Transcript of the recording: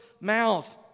mouth